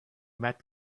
met